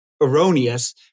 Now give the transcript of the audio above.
erroneous